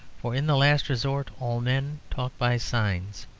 for in the last resort all men talk by signs.